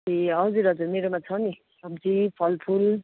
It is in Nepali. ए हजुर हजुर मेरोमा छ नि सब्जी फलफुल